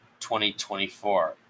2024